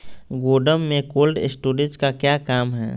गोडम में cold storage का क्या काम है?